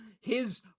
his-